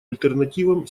альтернативам